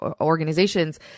organizations